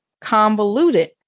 convoluted